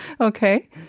Okay